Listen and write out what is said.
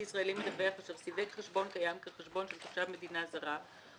ישראלי מדווח אשר סיווג חשבון קיים כחשבון של תושב מדינה זרה,